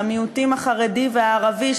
למיעוטים החרדי והערבי,